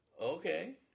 Okay